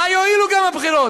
מה יועילו הבחירות.